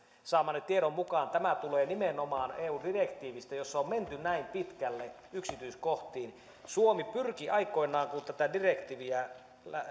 saamani tiedon mukaan tämä tulee nimenomaan eu direktiivistä jossa on menty näin pitkälle yksityiskohtiin suomi pyrki aikoinaan kun tätä direktiiviä